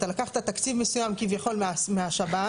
אתה לקחת תקציב מסוים כביכול מהשב"ן.